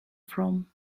from